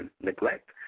neglect